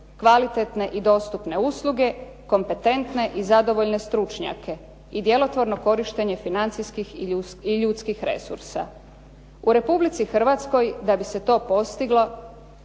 kvalitetne i dostupne usluge, kompetentne i zadovoljne stručnjake i djelotvorno korištenje financijskih i ljudskih resursa. U Republici Hrvatskoj, da bi se to postiglo,